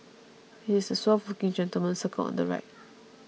he is the suave looking gentleman circled on the right